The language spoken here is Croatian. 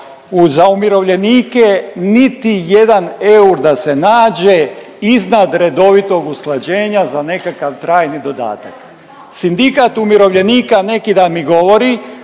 za umirovljenike niti jedan eur da se nađe iznad redovitog usklađenja za nekakav trajni dodatak. Sindikat umirovljenika neki dan mi govori